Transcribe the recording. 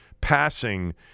passing